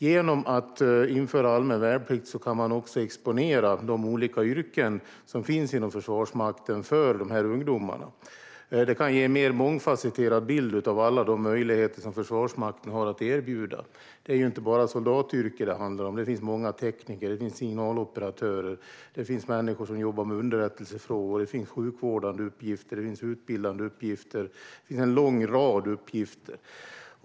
Genom att införa allmän värnplikt kan man också exponera de olika yrken som finns inom Försvarsmakten för de här ungdomarna. Det kan ge en mer mångfacetterad bild av alla de möjligheter som Försvarsmakten har att erbjuda. Det är ju inte bara soldatyrket det handlar om. Det finns tekniker, signaloperatörer, människor som jobbar med underrättelsefrågor, med sjukvårdande uppgifter och med utbildande uppgifter - en lång rad uppgifter.